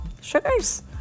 sugars